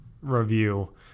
review